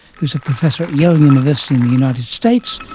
who is a professor at yale university in the united states,